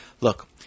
Look